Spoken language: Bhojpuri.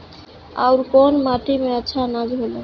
अवर कौन माटी मे अच्छा आनाज होला?